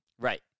Right